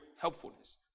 helpfulness